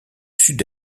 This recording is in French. sud